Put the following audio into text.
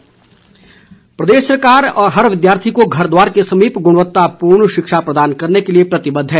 महेन्द्र सिंह प्रदेश सरकार हर विद्यार्थी को घर द्वार के समीप गुणवत्तापूर्ण शिक्षा प्रदान करने लिए प्रतिबध है